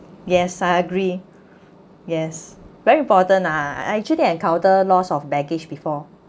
yes I agree yes very important ah actually encounter loss of baggage before